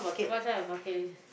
what type of bucket list